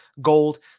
gold